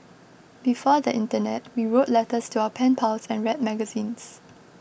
before the internet we wrote letters to our pen pals and read magazines